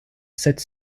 sept